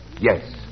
Yes